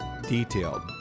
detailed